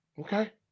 Okay